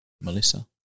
Melissa